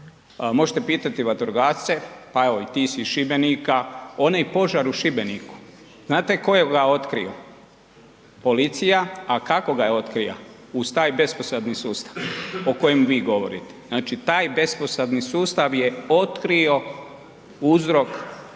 Možete pitati i vatrogasce, pa evo i ti si iz Šibenika, onaj požar u Šibeniku znate tko ga je otkrio? Policija. A kako ga je otkrila? Uz taj … sustav o kojem vi govorite. Znači taj besposebni sustav je otkrio uzrok tog požara